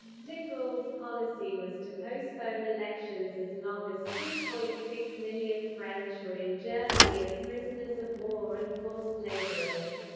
de gaulle's policy was to postpone elections as long as two point six million french were in germany as prisoners of war and forced laborers.